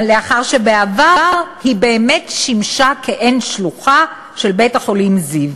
בעבר הוא באמת שימש כעין שלוחה של בית-החולים זיו.